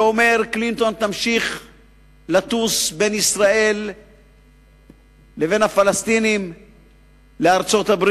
ואומר: קלינטון תמשיך לטוס בין ישראל לפלסטינים ולארצות-הברית,